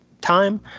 time